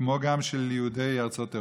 כמו גם של יהודי ארצות אירופה.